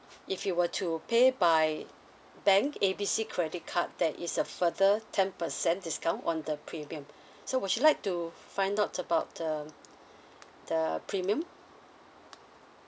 if you were to pay by bank A B C credit card there is a further ten percent discount on the premium so would you like to f~ find out about the um the premium